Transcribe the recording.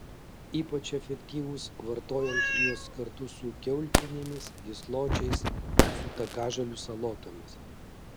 ypač efektyvūs vartojant juos kartu su kiaulpienėmis gysločiais su takažolių salotomis